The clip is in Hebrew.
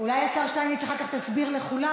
אולי השר שטייניץ, אחר כך תסביר לכולם.